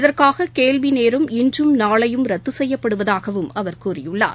இதற்காககேள்விநேரம் இன்றும் நாளையும் ரத்துசெய்யப்படுவதாகவும் அவர் கூறியுள்ளார்